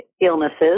illnesses